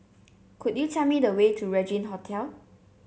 could you tell me the way to Regin Hotel